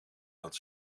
dat